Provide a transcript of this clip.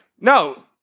No